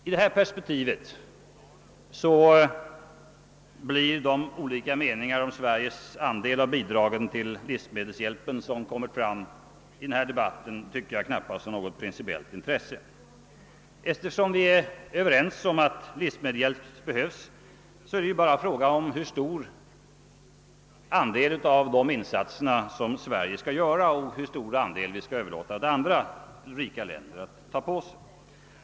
I detta perspektiv är de olika meningar om Sveriges andel av bidragen till livsmedel som kommit fram i denna debatt knappast av något principiellt intresse. Eftersom vi är ense om att livsmedelshjälp är nödvändig är det bara fråga om hur stor andel av insatserna där som Sverige skall stå för och hur stor del vi skall överlåta åt andra rika länder att ta på sig.